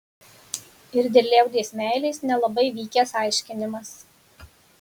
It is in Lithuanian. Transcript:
ir dėl liaudies meilės nelabai vykęs aiškinimas